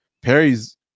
Perry's